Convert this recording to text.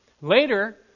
Later